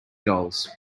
dolls